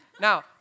Now